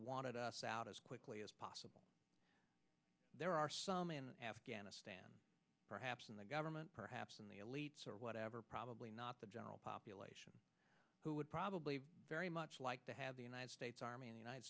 wanted us out as quickly as possible there are some in afghanistan perhaps in the government perhaps in the elites or whatever probably not the general population who would probably very much like to have the united states army and united